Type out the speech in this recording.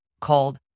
called